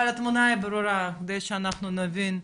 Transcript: אבל התמונה היא ברורה כדי שאנחנו נבין.